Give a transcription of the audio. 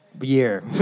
year